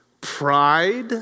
pride